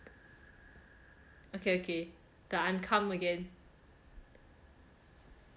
okay okay I calm again